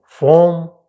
Form